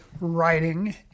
writing